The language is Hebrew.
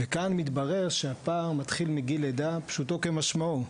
כאן מתברר שהפער מתחיל מגיל לידה, פשוטו כמשמעו.